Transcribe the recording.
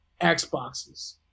Xboxes